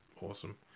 Awesome